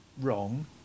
wrong